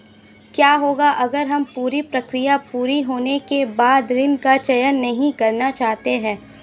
क्या होगा अगर हम पूरी प्रक्रिया पूरी होने के बाद ऋण का चयन नहीं करना चाहते हैं?